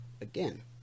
again